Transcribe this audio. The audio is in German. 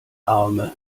arme